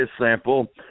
sample